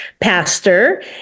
pastor